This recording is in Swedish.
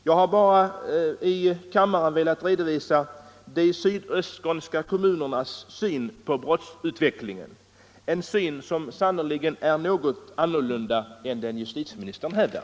Jag har bara i kammaren velat redovisa de sydöstskånska kommunernas syn på brottsutvecklingen — en syn som sannerligen är något annorlunda än den justitieministern hävdar.